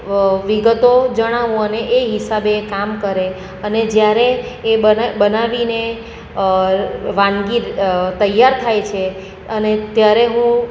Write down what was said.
વિગતો જણાવું અને એ હિસાબે એ કામ કરે અને જ્યારે એ બનાવીને વાનગી તૈયાર થાય છે અને ત્યારે હું